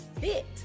fit